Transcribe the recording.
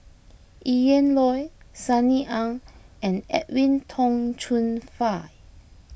Ian Loy Sunny Ang and Edwin Tong Chun Fai